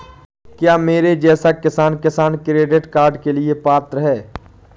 क्या मेरे जैसा किसान किसान क्रेडिट कार्ड के लिए पात्र है?